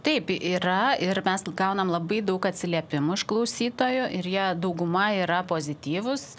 taip yra ir mes gaunam labai daug atsiliepimų iš klausytojų ir jie dauguma yra pozityvūs